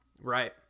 Right